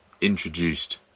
introduced